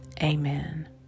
Amen